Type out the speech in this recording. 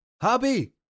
Hobby